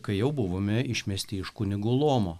kai jau buvome išmesti iš kunigų luomo